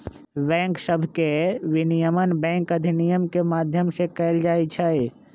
bank सभके विनियमन bank अधिनियम के माध्यम से कएल जाइ छइ